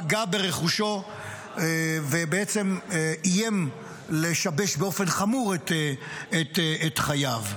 פגע ברכושו ובעצם איים לשבש באופן חמור את חייו.